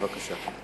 בבקשה.